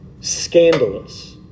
scandalous